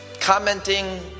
commenting